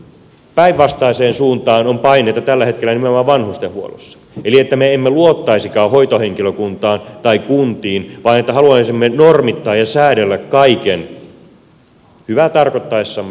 päinvastaiseen suuntaan on paineita tällä hetkellä nimenomaan vanhustenhuollossa eli siihen että me emme luottaisikaan hoitohenkilökuntaan tai kuntiin vaan että haluaisimme normittaa ja säädellä kaiken hyvää tarkoittaessamme